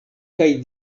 kaj